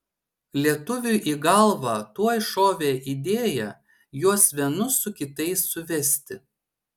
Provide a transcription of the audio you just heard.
lietuviui į galvą tuoj šovė idėja juos vienus su kitais suvesti